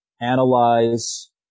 analyze